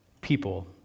people